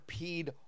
peed